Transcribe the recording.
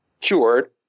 cured